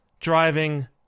driving